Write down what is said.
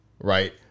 right